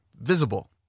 visible